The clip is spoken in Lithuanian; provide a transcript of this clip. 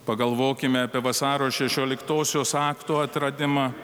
pagalvokime apie vasario šešioliktosios akto atradimą